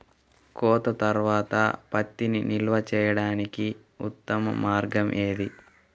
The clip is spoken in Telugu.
కోత తర్వాత పత్తిని నిల్వ చేయడానికి ఉత్తమ మార్గం ఏది?